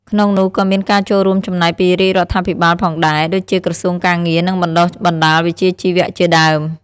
ក្នុងនោះក៏មានការចូលរួមចំណែកពីរាជរដ្ឋាភិបាលផងដែរ ដូចជាក្រសួងការងារ និងបណ្ដុះបណ្ដាលវិជ្ជាជីវៈជាដើម។